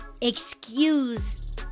excuse